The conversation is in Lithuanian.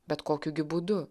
bet kokiu gi būdu